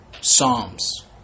Psalms